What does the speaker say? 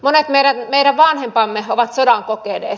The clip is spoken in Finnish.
monet meidän vanhempamme ovat sodan kokeneet